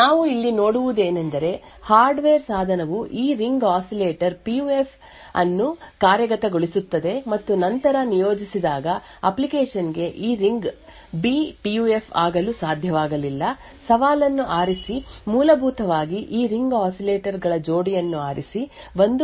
ನಾವು ಇಲ್ಲಿ ನೋಡುವುದೇನೆಂದರೆ ಹಾರ್ಡ್ವೇರ್ ಸಾಧನವು ಈ ರಿಂಗ್ ಆಸಿಲೇಟರ್ ಪಿಯುಎಫ್ ಅನ್ನು ಕಾರ್ಯಗತಗೊಳಿಸುತ್ತದೆ ಮತ್ತು ನಂತರ ನಿಯೋಜಿಸಿದಾಗ ಅಪ್ಲಿಕೇಶನ್ ಗೆ ಈ ರಿಂಗ್ ಬಿ ಪಿಯುಎಫ್ ಆಗಲು ಸಾಧ್ಯವಾಗಲಿಲ್ಲ ಸವಾಲನ್ನು ಆರಿಸಿ ಮೂಲಭೂತವಾಗಿ ಈ ರಿಂಗ್ ಆಸಿಲೇಟರ್ ಗಳ ಜೋಡಿಯನ್ನು ಆರಿಸಿ 1 ಅಥವಾ 0 ಔಟ್ಪುಟ್ ಅನ್ನು ಒದಗಿಸುತ್ತದೆ